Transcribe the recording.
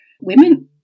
women